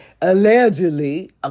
allegedly